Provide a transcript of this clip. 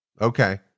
okay